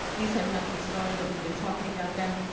these have not been started, but we've been talking about them.